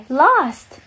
lost